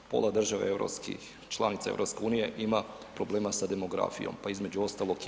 Pola države europskih, članica EU ima problema sa demografijom, pa između ostalog i mi.